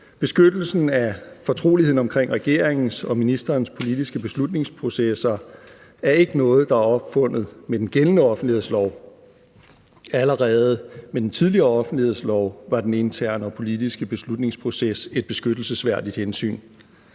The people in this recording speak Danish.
Beskyttelsen af fortroligheden omkring regeringens og ministerens politiske beslutningsprocesser er ikke noget, der er opfundet med den gældende offentlighedslov. Allerede med den tidligere offentlighedslov var den interne og politiske beslutningsproces et beskyttelsesværdigt hensyn.